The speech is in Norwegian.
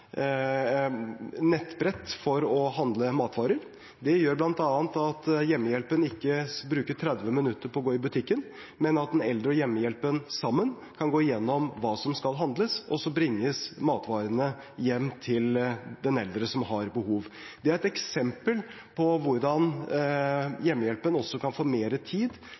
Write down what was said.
nettbrett for å handle matvarer. Det gjør bl.a. at hjemmehjelpen ikke bruker 30 minutter på å gå i butikken, men at den eldre og hjemmehjelpen sammen kan gå igjennom hva som skal handles, og så bringes matvarene hjem til den eldre som har behov. Det er et eksempel på hvordan hjemmehjelpen også kan få mer tid